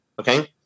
okay